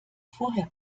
vorher